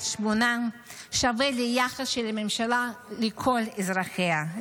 שמונה שווה ליחס של הממשלה לכל אזרחיה,